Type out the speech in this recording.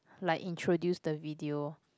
like introduce the video